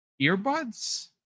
earbuds